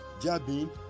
Jabin